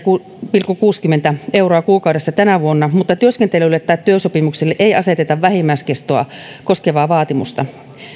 pilkku kuusikymmentä euroa kuukaudessa tänä vuonna mutta työskentelylle tai työsopimukselle ei aseteta vähimmäiskestoa koskevaa vaatimusta